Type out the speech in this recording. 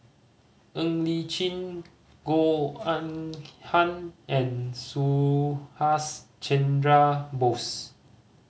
Ng Li Chin Goh Eng Han and Subhas Chandra Bose